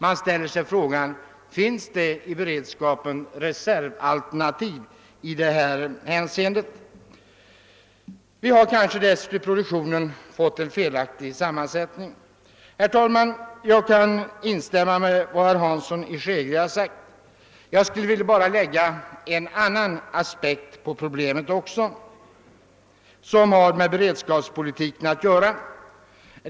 Man ställer sig frågan: Finns det i beredskapsreserven alternativ i det hänseendet? Produktionen har kanske dessutom fått en felaktig sammansättning. Herr talman! Jag kan instämma i vad herr Hansson i Skegrie sagt. Jag vill därtill bara lägga ytterligare en aspekt på problemet, vilken har med beredskapspolitiken att göra.